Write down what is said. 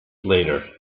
later